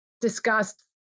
discussed